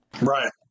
right